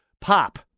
pop